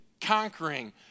Conquering